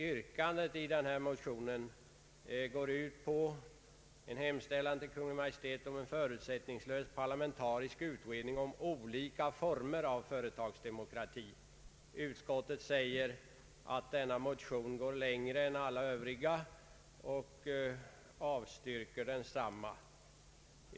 Yrkandet i motionen utmynnar i en hemställan om en förutsättningslös parlamentarisk utredning om olika former av företagsdemokrati. Utskottet säger att denna motion går längre än alla övriga och avstyrker densamma.